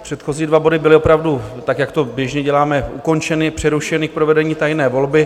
Předchozí dva body byly opravdu, tak jak to běžně děláme, ukončeny, přerušeny k provedení tajné volby.